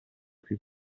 più